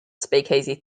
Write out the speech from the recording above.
speakeasy